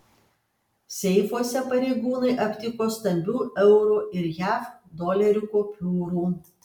seifuose pareigūnai aptiko stambių eurų ir jav dolerių kupiūrų